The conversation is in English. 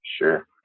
Sure